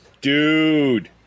Dude